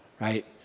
right